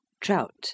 trout